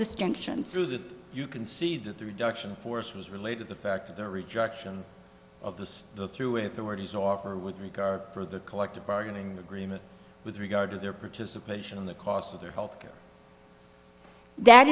distinction through that you can see that the reduction in force was related the fact of their rejection of the through authorities offer with regard for the collective bargaining agreement with regard to their participation in the cost of their health care that